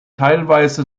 teilweise